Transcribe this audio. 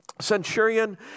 centurion